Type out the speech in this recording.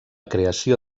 creació